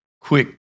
quick